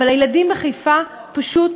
אבל אצל הילדים בחיפה השיעור הוא פשוט